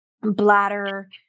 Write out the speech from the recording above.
bladder